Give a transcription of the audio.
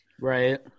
right